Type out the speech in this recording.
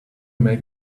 make